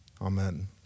Amen